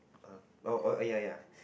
um oh oh oh ya ya